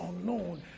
unknown